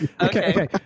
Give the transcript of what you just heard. Okay